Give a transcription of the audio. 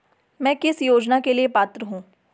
मैं किस योजना के लिए पात्र हूँ?